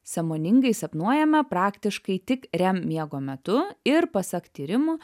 sąmoningai sapnuojame praktiškai tik rem miego metu ir pasak tyrimų